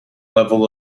level